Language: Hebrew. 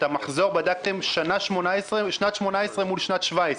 ולגבי המחזור בדקתם את שנת 2018 מול שנת 2017?